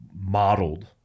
modeled